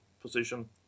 position